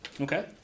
Okay